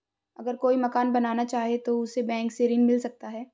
अगर कोई मकान बनाना चाहे तो उसे बैंक से ऋण मिल सकता है?